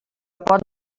pot